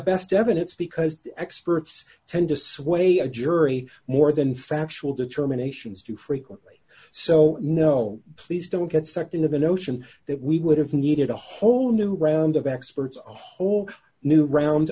best evidence because experts tend to sway a jury more than factual determinations do frequently so no please don't get sucked into the notion that we would have needed a whole new round of experts a whole new round